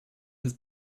his